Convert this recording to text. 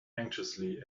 anxiously